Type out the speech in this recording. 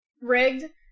Rigged